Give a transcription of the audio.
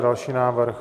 Další návrh.